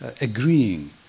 agreeing